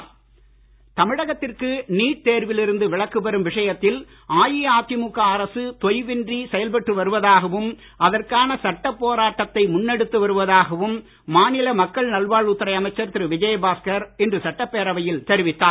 தமிழக சட்டப்பேரவை தமிழகத்திற்கு நீட் தேர்வில் இருந்து விலக்குப் பெறும் விஷயத்தில் அஇஅதிமுக அரசு தொய்வின்றி செயல்பட்டு வருவதாகவும் அதற்கான சட்ட போராட்டத்தை முன்னெடுத்து வருவதாகவும் மாநில மக்கள் நல்வாழ்வுத் துறை அமைச்சர் திரு விஜயபாஸ்கர் இன்று சட்டப் பேரவையில் தெரிவித்தார்